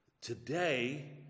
today